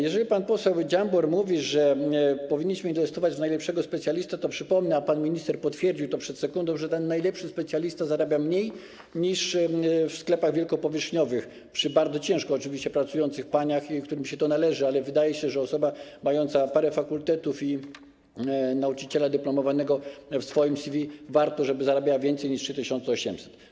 Jeżeli pan poseł Dziambor mówi, że powinniśmy inwestować w najlepszego specjalistę, to przypomnę, a pan minister potwierdził to przed sekundą, że ten najlepszy specjalista zarabia mniej niż w sklepach wielkopowierzchniowych, oczywiście nie mówię o bardzo ciężko pracujących paniach, którym się to należy, ale wydaje się, że warto, żeby osoba mająca parę fakultetów i nauczyciela dyplomowanego w swoim CV zarabiała więcej niż 3800.